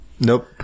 Nope